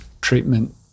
treatment